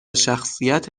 شخصیت